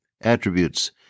attributes